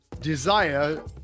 desire